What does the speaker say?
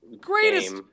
greatest